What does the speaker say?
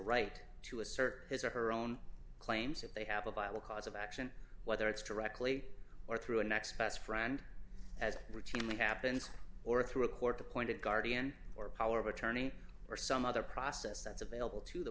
right to assert his or her own claims that they have a viable cause of action whether it's directly or through a next best friend as routinely happens or through a court appointed guardian or a power of attorney or some other process that's available to the